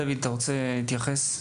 דויד, אתה רוצה להתייחס?